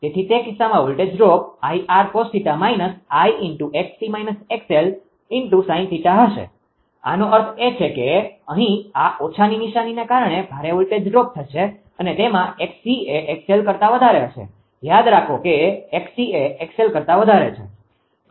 તેથી તે કિસ્સામાં વોલ્ટેજ ડ્રોપ 𝐼𝑟 cos 𝜃 − 𝐼𝑥𝑐 − 𝑥𝑙 sin 𝜃 હશે આનો અર્થ એ છે કે અહીં આ ઓછાની નિશાનીને કારણે ભારે વોલ્ટેજ ડ્રોપ થશે અને તેમાં 𝑥𝑐 એ 𝑥𝑙 કરતા વધારે હશે યાદ રાખો કે 𝑥𝑐 એ 𝑥𝑙 કરતા વધારે છે